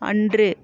அன்று